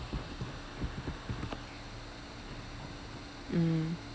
mm